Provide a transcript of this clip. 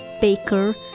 Baker